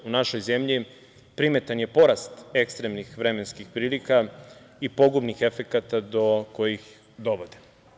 U našoj zemlji primetan je porast ekstremnih vremenskih prilika i pogubnih efekata do kojih dovode.